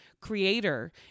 creator